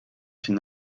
sin